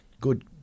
good